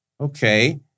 okay